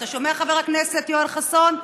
אתה שומע, חבר הכנסת יואל חסון?